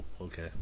okay